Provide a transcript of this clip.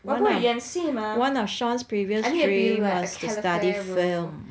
one of one of shawn's previous dream was to study film